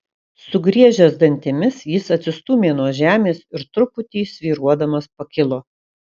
sugriežęs dantimis jis atsistūmė nuo žemės ir truputį svyruodamas pakilo